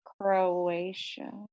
Croatia